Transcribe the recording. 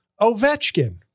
Ovechkin